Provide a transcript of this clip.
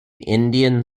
indian